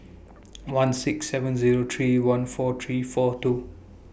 one six seven Zero three one four three four two